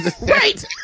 Right